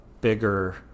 bigger